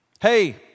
Hey